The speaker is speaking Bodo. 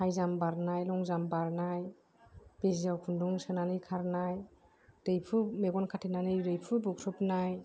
हाइ जाम्प बारनाय लं जाम्प बारनाय बिजिआव खुन्दुं सोनानै खारनाय दैहु मेगन खाथेनानै दैहु बुख्रुबनाय